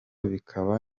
bikaba